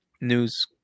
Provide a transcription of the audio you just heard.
news